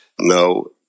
No